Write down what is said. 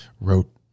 wrote